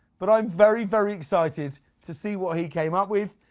but i'm very, very excited to see what he came up with.